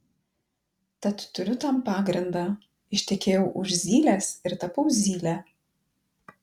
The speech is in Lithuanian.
tad turiu tam pagrindą ištekėjau už zylės ir tapau zyle